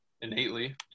innately